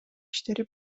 иштери